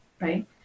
right